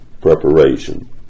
preparation